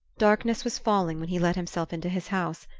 darkness was falling when he let himself into his house,